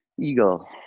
eagle